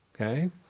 Okay